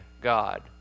God